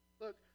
Look